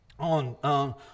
On